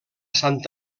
sant